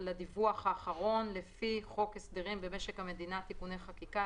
7,לדיווח האחרון לפי חוק הסדרים במשק המדינה (תיקוני חקיקה),